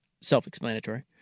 Self-explanatory